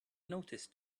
noticed